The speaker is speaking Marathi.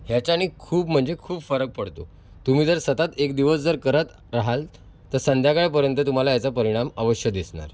ह्याच्यानी खूप म्हणजे खूप फरक पडतो तुम्ही जर सतत एक दिवस जर करत रहाल तर संध्याकाळपर्यंत तुम्हाला याचा परिणाम अवश्य दिसणार